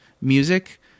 music